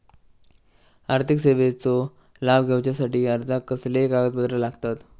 आर्थिक सेवेचो लाभ घेवच्यासाठी अर्जाक कसले कागदपत्र लागतत?